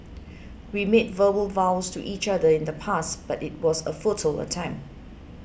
we made verbal vows to each other in the past but it was a futile attempt